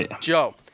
Joe